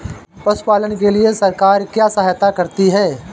पशु पालन के लिए सरकार क्या सहायता करती है?